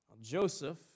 Joseph